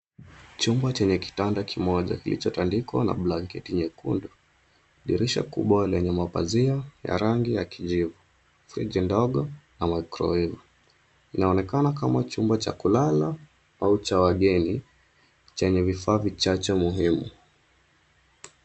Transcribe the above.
Chumba chenye kitanda kimoja kilichotandikwa na blanketi nyekundu. Dirisha kubwa lenye mapazia ya rangi ya kijivu, friji ndogo na microwave , inaonekana kama chumba cha kulala au cha wageni chenye vifaa vichache muhimu.